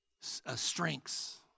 strengths